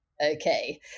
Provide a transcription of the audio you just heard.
okay